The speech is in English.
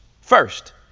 first